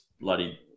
bloody